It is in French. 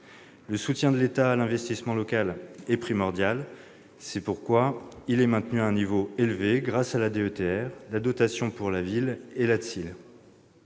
Le soutien de l'État à cet investissement est donc primordial. C'est pourquoi il est maintenu à un niveau élevé, grâce à la DETR, la dotation politique de la ville et la DSIL.